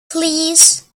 please